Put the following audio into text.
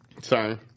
sorry